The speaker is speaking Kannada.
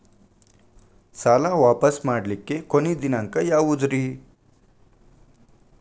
ಸಾಲಾ ವಾಪಸ್ ಮಾಡ್ಲಿಕ್ಕೆ ಕೊನಿ ದಿನಾಂಕ ಯಾವುದ್ರಿ?